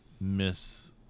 miss